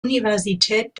universität